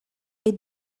est